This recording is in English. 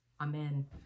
Amen